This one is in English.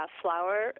flower